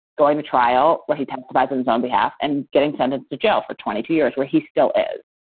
going to trial, where he tends to bisons on behalf and getting sentenced to jail for twenty two years where he still is.